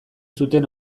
zuten